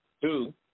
Two